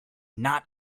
not